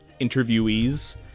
interviewees